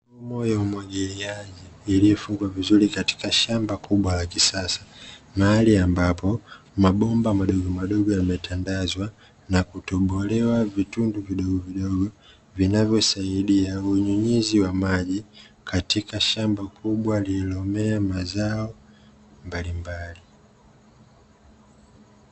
Mabomba ya umwagiliaji yaliyofungwa katika shamba kubwa la kisasa, mahali ambapo mabomba madogomadogo yametandazwa na kutobolewa vitundu vidogovidogo, vinavyosaidia unyunyizi wa maji katika shamba kubwa lililomea mazao mbalimbali.